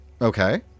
Okay